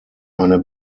eine